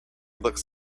looked